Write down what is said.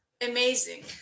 amazing